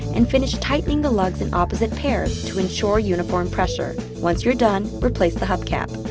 and finish tightening the lugs in opposite pairs, to ensure uniform pressure. once you're done, replace the hubcap.